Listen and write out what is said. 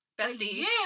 Bestie